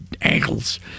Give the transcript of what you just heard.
ankles